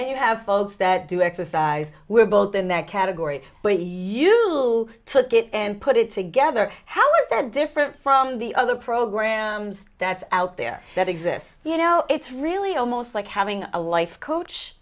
then you have folks that do exercise we're both in that category but you took it and put it together how is that different from the other programs that's out there that exists you know it's really almost like having a life coach